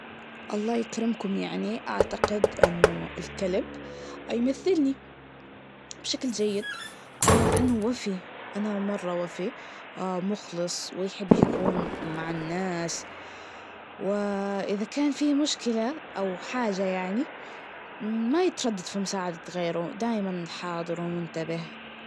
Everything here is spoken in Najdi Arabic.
الله يكرمكم يعني أعتقد إنه الكلب, يمثلني بشكل جيد, آه لأنه وفي, أننا مرة وفي, مخلص, ويحب يكون مع الناس, و إذا كان في مشكلة, أو حاجة يعني, ما يتردد في مساعدة غيره, دايماً حاضر ومنتبه.